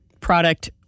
product